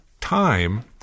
time